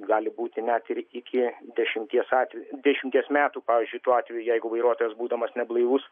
gali būti net iki dešimties atvejų dešimties metų pavyzdžiui tuo atveju jeigu vairuotojas būdamas neblaivus